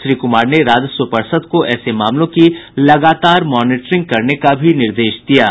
श्री कुमार ने राजस्व पर्षद को ऐसे मामलों की लगातार मॉनिटरिंग करने का निर्देश दिया है